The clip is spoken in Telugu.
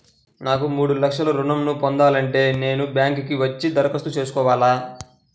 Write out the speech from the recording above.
నాకు మూడు లక్షలు ఋణం ను పొందాలంటే నేను బ్యాంక్కి వచ్చి దరఖాస్తు చేసుకోవాలా?